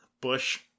Bush